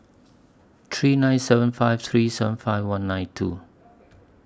three nine seven five three seven five one nine two